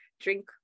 drink